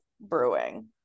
brewing